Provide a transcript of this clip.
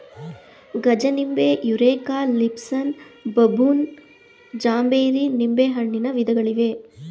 ಗಜನಿಂಬೆ, Eureka, Lisbon, ಬಬೂನ್, ಜಾಂಬೇರಿ ನಿಂಬೆಹಣ್ಣಿನ ವಿಧಗಳಿವೆ